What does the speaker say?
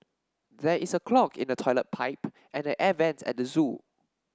there is a clog in the toilet pipe and the air vents at the zoo